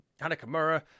Hanakamura